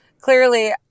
Clearly